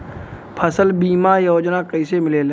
फसल बीमा योजना कैसे मिलेला?